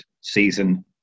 season